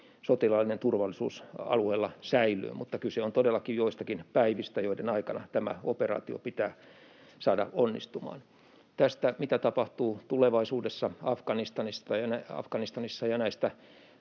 sotilaallinen turvallisuus alueella säilyy. Mutta kyse on todellakin joistakin päivistä, joiden aikana tämä operaatio pitää saada onnistumaan. Tästä, mitä tapahtuu tulevaisuudessa Afganistanissa, ja näistä